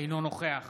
אינו נוכח